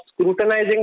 scrutinizing